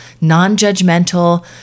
non-judgmental